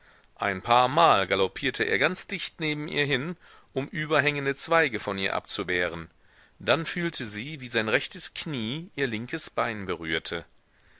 ein paarmal galoppierte er ganz dicht neben ihr hin um überhängende zweige von ihr abzuwehren dann fühlte sie wie sein rechtes knie ihr linkes bein berührte